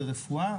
ברפואה,